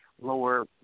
lower